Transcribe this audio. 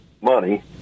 money